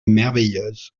merveilleuse